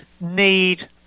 need